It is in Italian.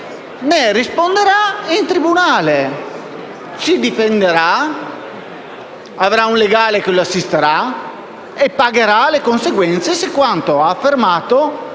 ne risponderà in tribunale, dove si difenderà con un legale che lo assisterà e pagherà le conseguenze se quanto ha affermato